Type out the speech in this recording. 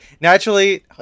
naturally